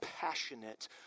passionate